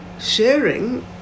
sharing